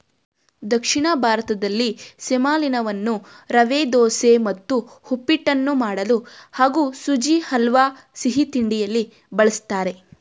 ದಕ್ಷಿಣ ಭಾರತದಲ್ಲಿ ಸೆಮಲೀನವನ್ನು ರವೆದೋಸೆ ಮತ್ತು ಉಪ್ಪಿಟ್ಟನ್ನು ಮಾಡಲು ಹಾಗೂ ಸುಜಿ ಹಲ್ವಾ ಸಿಹಿತಿಂಡಿಯಲ್ಲಿ ಬಳಸ್ತಾರೆ